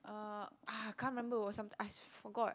uh ah I can't remember it was something I forgot